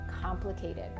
complicated